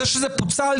זה שזה פוצל,